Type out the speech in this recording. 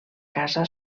casa